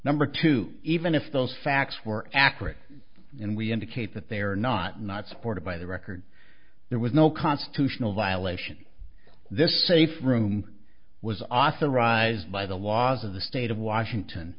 number two even if those facts were accurate and we indicate that they are not not supported by the record there was no constitutional violation this safe room was authorized by the laws of the state of washington